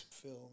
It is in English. film